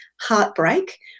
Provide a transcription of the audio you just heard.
heartbreak